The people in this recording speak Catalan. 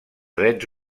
drets